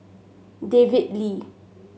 David Lee